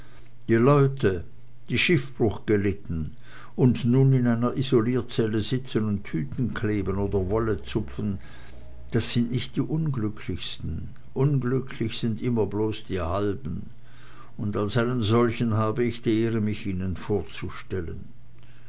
die leute die schiffbruch gelitten und nun in einer isolierzelle sitzen und tüten kleben oder wolle zupfen das sind nicht die unglücklichsten unglücklich sind immer bloß die halben und als einen solchen habe ich die ehre mich ihnen vorzustellen